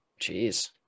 Jeez